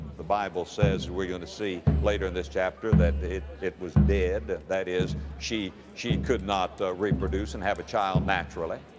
the bible says, we're going to see later in this chapter, that it, it was dead. that is, she, she could not, ah, reproduce and have a child naturally.